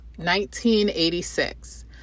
1986